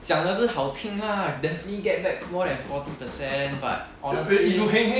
讲的是好听啦 definitely get back more than forty percent but honestly